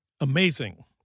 amazing